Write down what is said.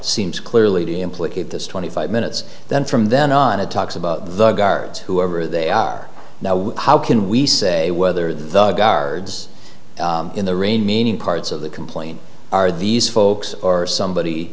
seems clearly to implicate this twenty five minutes then from then on a talks about the guards whoever they are now how can we say whether the guards in the rain meaning parts of the complaint are these folks or somebody